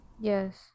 Yes